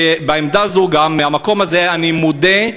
מהמקום הזה אני מודה,